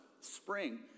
spring